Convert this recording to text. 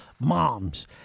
moms